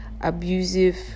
abusive